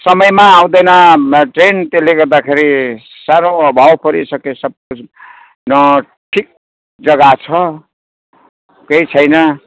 सयममा आउँदैन ट्रेन त्यसले गर्दाखेरि साह्रो अभाव परिसक्यो सबकुछ न ठिक जग्गा छ केही छैन